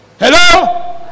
Hello